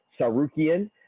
Sarukian